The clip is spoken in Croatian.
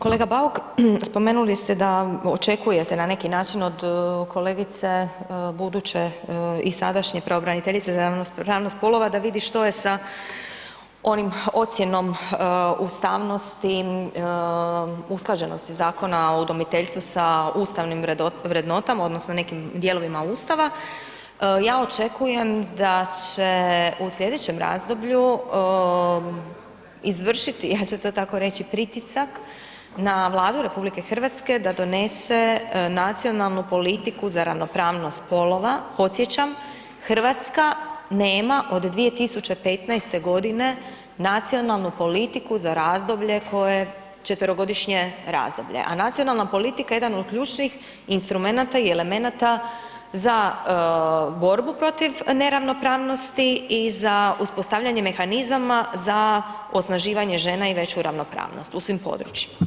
Kolega Bauk, spomenuli ste da očekujete na neki način od kolegice buduće i sadašnje pravobraniteljice za ravnopravnost spolova da vidi što je sa onom ocjenom ustavnosti usklađenosti Zakona o udomiteljstvu sa ustavnim vrednotama odnosno nekim dijelovima Ustava, ja očekujem da će u slijedećem razdoblju izvršiti, ja ću to tako reći pritisak na Vladu RH da donese nacionalnu politiku za ravnopravnost spolova, podsjećam Hrvatska nema od 2015. g. nacionalnu politiku za četverogodišnje razdoblje a nacionalna politika je jedan od ključnih politika je jedan od ključnih instrumenata i elemenata za borbu protiv neravnopravnosti i za uspostavljanje mehanizama za osnaživanje žena i veću ravnopravnost u svim područjima.